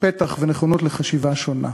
פתח ונכונות לחשיבה שונה.